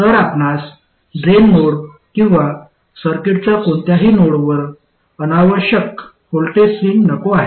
तर आपणास drain node किंवा सर्किटच्या कोणत्याही नोडवर अनावश्यक व्होल्टेज स्विंग नको आहे